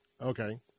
Okay